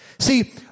See